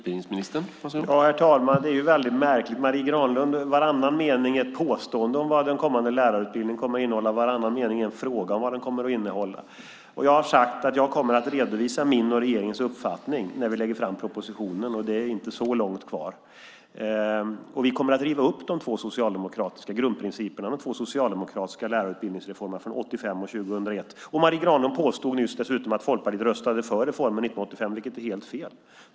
Herr talman! Det är väldigt märkligt, Marie Granlund, att i varannan mening komma med ett påstående om vad den kommande lärarutbildningen kommer att innehålla och i varannan mening en fråga om vad den kommer att innehålla. Jag har sagt att jag kommer att redovisa min och regeringens uppfattning när vi lägger fram propositionen. Det är inte så långt kvar. Vi kommer att riva upp de två socialdemokratiska grundprinciperna, de två socialdemokratiska lärarutbildningsreformerna från 1985 och 2001. Marie Granlund påstod nyss dessutom att Folkpartiet röstade för reformen 1985, vilket är helt fel.